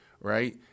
right